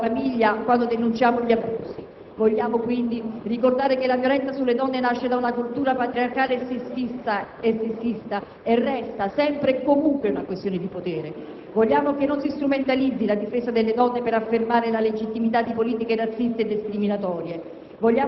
la famiglia quando denunciamo gli abusi. Vogliamo ricordare che la violenza sulle donne nasce da una cultura patriarcale e sessista e resta sempre e comunque una questione di potere. Vogliamo che non si strumentalizzi la difesa delle donne per affermare la legittimità di politiche razziste e discriminatorie.